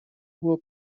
było